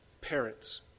parents